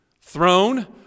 Throne